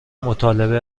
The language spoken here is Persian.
مطالبه